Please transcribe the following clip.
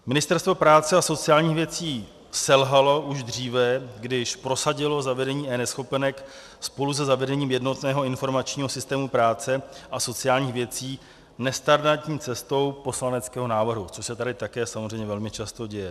Ministerstvo práce a sociálních věcí selhalo už dříve, když prosadilo zavedení eNeschopenek spolu se zavedením jednotného informačního systému práce a sociální věcí nestandardní cestou poslaneckého návrhu, což se tady samozřejmě také velmi často děje.